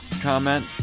comment